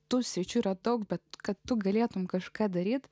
tų sričių yra daug bet kad tu galėtumei kažką daryti